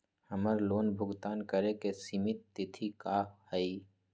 हमर लोन भुगतान करे के सिमित तिथि का हई?